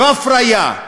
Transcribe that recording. לא הפריה,